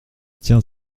tiens